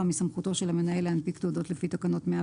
מסמכותו של המנהל להנפיק תעודות לפי תקנות 101,